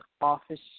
office